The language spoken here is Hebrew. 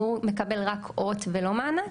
שהוא מקבל רק אות ולא מענק,